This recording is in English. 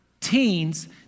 teens